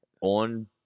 on